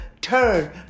turn